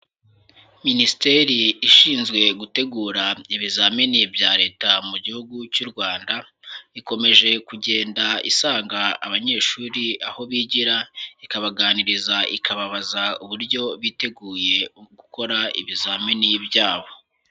Minisiteri ishinzwe gutegura ibizamini bya Leta mu gihugu cy'u Rwanda, ikomeje kugenda isaga abanyeshuri aho bigira ikabaganiriza, ikababaza uburyo biteguye gukora ibizamini byabo.